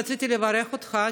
רציתי לברך אותך,